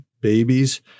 babies